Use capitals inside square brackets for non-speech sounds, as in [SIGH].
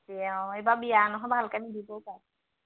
সেই অঁ এইবাৰ বিয়া নহয় ভালকৈ নিদিব [UNINTELLIGIBLE]